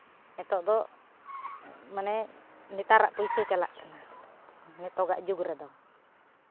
ᱱᱤᱛᱚᱜ ᱫᱚ ᱢᱟᱱᱮ ᱱᱮᱛᱟᱨᱟᱜ ᱯᱚᱭᱥᱟ ᱪᱟᱞᱟᱜ ᱠᱟᱱᱟ ᱱᱤᱛᱚᱜᱟᱜ ᱡᱩᱜᱽ ᱨᱮᱫᱚ